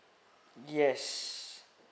yes